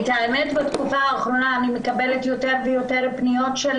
בתקופה האחרונה אני מקבלת יותר ויותר פניות של